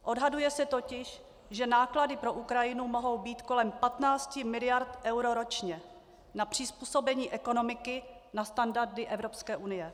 Odhaduje se totiž, že náklady pro Ukrajinu mohou být kolem 15 mld. eur ročně na přizpůsobení ekonomiky na standardy Evropské unie.